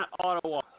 Ottawa